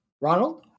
Ronald